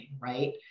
right